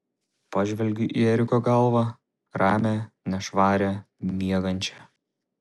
pažvelgiu į eriko galvą ramią nešvarią miegančią